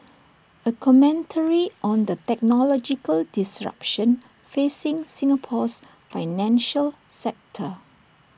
A commentary on the technological disruption facing Singapore's financial sector